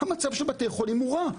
המצב של בתי החולים הוא רע,